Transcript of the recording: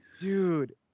dude